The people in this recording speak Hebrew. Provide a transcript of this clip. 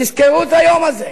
תזכרו את היום הזה,